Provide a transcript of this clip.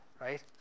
right